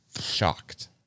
Shocked